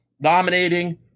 dominating